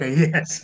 yes，